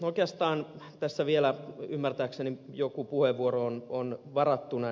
oikeastaan tässä vielä ymmärtääkseni joku puheenvuoro on varattuna